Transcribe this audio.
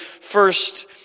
first